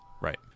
Right